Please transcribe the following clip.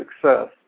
success